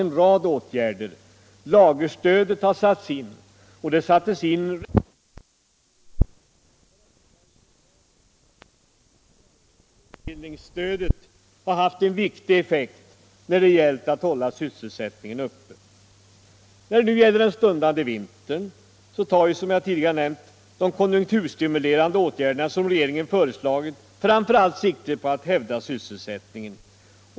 Lagerstöd sattes in redan vid månadsskiftet maj-juni. De olika stödåtgärderna inom regionalpolitiken och arbetsmarknadspolitiken med avseende på handikappade är goda exempel på åtgärder som regeringen vidtagit för att skydda sysselsättningen för svaga grupper på arbetsmarknaden. Slutligen torde utbildningsstödet ha haft en viktig effekt när det gällt att hålla sysselsättningen uppe. När det gäller den stundande vintern har ju, som jag tidigare nämnt, de konjunkturstimulerande åtgärder som regeringen har föreslagit framför allt siktat på att hävda sysselsättningen.